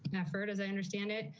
effort, as i understand it,